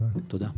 תודה.